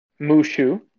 Mushu